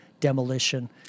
demolition